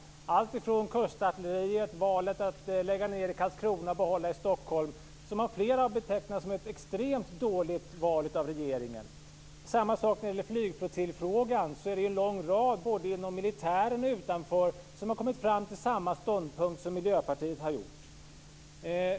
Det gäller t.ex. kustartilleriet och valet att lägga ned i Karlskrona och behålla i Stockholm, som av flera har betecknats som ett extremt dåligt val av regeringen. Samma sak är det med flygflottiljsfrågan. Det är en lång rad både inom militären och utanför som har kommit fram till samma ståndpunkt som Miljöpartiet.